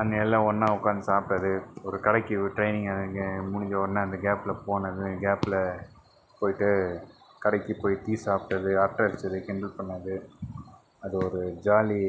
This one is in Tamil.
அங்கே எல்லாம் ஒன்றா உக்காந்து சாப்பிட்டது ஒரு கடைக்கு ட்ரைனிங் அங்கே முடிஞ்சோடனே அந்த கேப்பில் போனது அந்த கேப்பில் போயிட்டு கடைக்கு போய் டீ சாப்பிட்டது அரட்டை அடித்தது கிண்டல் பண்ணது அது ஒரு ஜாலி